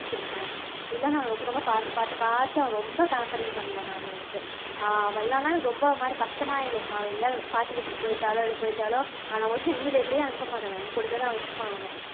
இதலாம் நான் ரொம்ப ரொம்ப பார்த்து பார்த்து பார்த்து ரொம்ப பேம்ப்ரிங் பண்ணுவேன் நான் எனக்கு அவன் இல்லைனா எனக்கு ரொம்ப ஒரு மாதிரி கஷ்டமாக ஆயிடும் அவன் எங்கேயாவது பாட்டி வீட்டுக்கு போயிட்டாலோ எதோ போயிட்டாலோ நான் மோஸ்ட்லி நான் எங்கேயும் வெளிலயே அனுப்ப மாட்டேன் நான் என் கூடதான் வச்சுப்பேன் அவனை